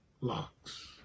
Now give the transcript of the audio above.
locks